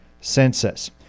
census